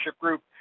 group